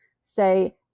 say